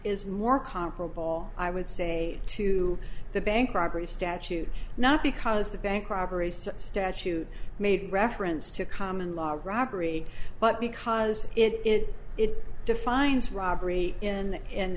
is more comparable i would say to the bank robbery statute not because the bank robberies statute made reference to common law robbery but because it it defines robbery in